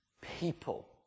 people